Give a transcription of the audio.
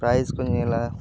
prize ᱠᱚ ᱧᱮᱞᱟ